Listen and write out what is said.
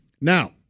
Now